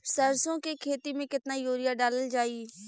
सरसों के खेती में केतना यूरिया डालल जाई?